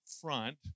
front